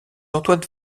antoine